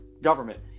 government